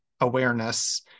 awareness